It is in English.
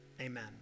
amen